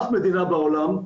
אף מדינה בעולם,